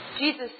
Jesus